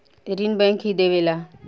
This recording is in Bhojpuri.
ऋण बैंक ही देवेला